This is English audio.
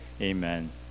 amen